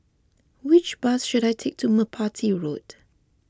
which bus should I take to Merpati Road